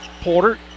porter